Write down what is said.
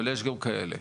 אבל יש גם כאלה.